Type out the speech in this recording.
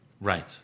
Right